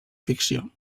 ficció